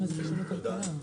תודה.